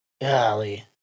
Golly